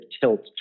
tilt